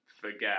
forget